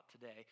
today